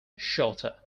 shorter